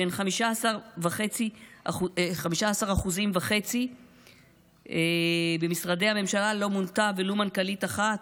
שהן 15.5%. במשרדי הממשלה לא מונתה ולו מנכ"לית אחת,